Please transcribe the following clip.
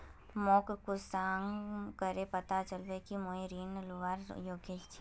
मोक कुंसम करे पता चलबे कि मुई ऋण लुबार योग्य छी?